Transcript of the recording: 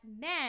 men